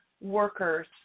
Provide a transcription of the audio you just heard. workers